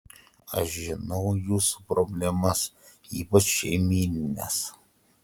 aš žinau jūsų problemas ypač šeimynines